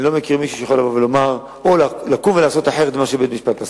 אני לא מכיר מישהו שיכול לקום ולעשות אחרת ממה שבית-משפט פסק.